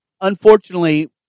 unfortunately